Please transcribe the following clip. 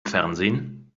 fernsehen